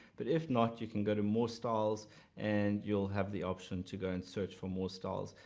but if not you can go to more styles and you'll have the option to go and search for more styles.